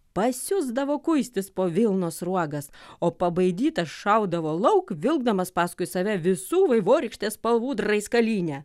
pasiusdavo kuistis po vilnos sruogas o pabaidytas šaudavo lauk vilkdamas paskui save visų vaivorykštės spalvų draiskalynę